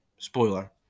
Spoiler